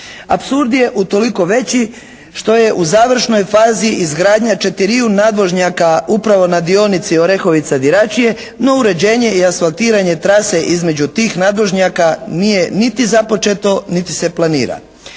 Apsurd je utoliko veći što je u završnoj fazi izgradnja četiriju nadvožnjaka upravo na dionici Orehovica-Diračije, no uređenje i asfaltiranje trase između tih nadvožnjaka nije niti započeto, niti se planira.